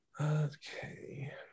Okay